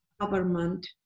government